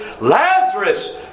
Lazarus